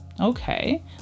Okay